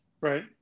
Right